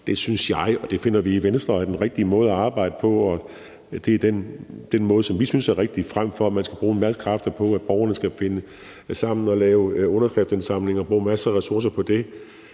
vis, synes jeg og vi i Venstre er den rigtige måde at arbejde på. Det er den måde, vi synes er rigtig, frem for at man skal bruge en masse kræfter på, at borgerne skal finde sammen og lave underskriftindsamlinger og bruge masser af ressourcer på det,